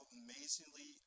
amazingly